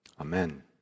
amen